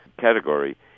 category